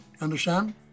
understand